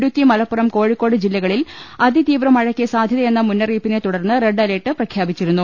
ഇടുക്കി മലപ്പുറം കോഴിക്കോട് ജില്ലകളിൽ അതി തീവ്ര മഴയ്ക്ക് സാധ്യ തയെന്ന മുന്ന റിയിപ്പിനെ തുടർന്ന് റെഡ് അലർട്ട്പ്രഖ്യാപിച്ചിരുന്നു